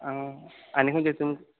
आनी खंयचे तुमका